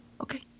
Okay